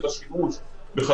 גם היום,